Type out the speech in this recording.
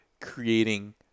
creating